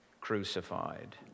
crucified